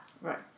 Right